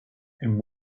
and